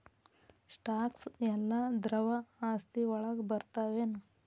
Stocks ಯೆಲ್ಲಾ ದ್ರವ ಆಸ್ತಿ ವಳಗ್ ಬರ್ತಾವೆನ?